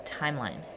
timeline